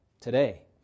Today